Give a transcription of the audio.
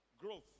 Growth